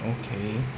okay